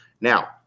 Now